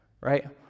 right